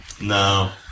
No